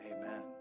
Amen